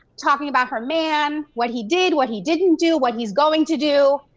talking about her man, what he did, what he didn't do, what he's going to do.